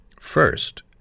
first